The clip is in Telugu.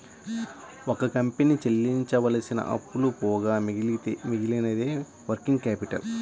ఒక కంపెనీ చెల్లించవలసిన అప్పులు పోగా మిగిలినదే వర్కింగ్ క్యాపిటల్